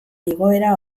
igoera